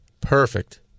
Perfect